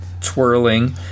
twirling